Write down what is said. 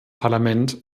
parlament